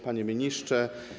Panie Ministrze!